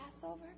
Passover